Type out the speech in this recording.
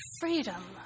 freedom